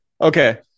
Okay